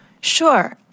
Sure